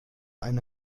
eine